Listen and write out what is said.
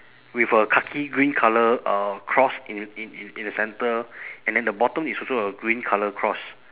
with a khaki green colour uh cross in in in in the centre and then the bottom is also a green colour cross